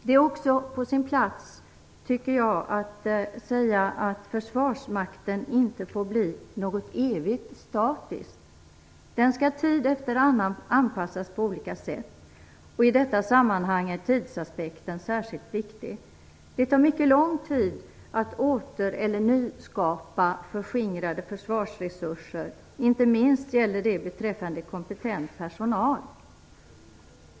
Det är också på sin plats, tycker jag, att säga att försvarmakten inte får bli något evigt statiskt. Den skall tid efter annan anpassas på olika sätt. I detta sammanhang är tidsaspekten särskilt viktig. Det tar mycket lång tid att åter eller nyskapa förskingrade försvarsresurser. Inte minst gäller det beträffande kompetent personal.